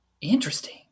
Interesting